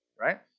right